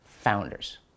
Founders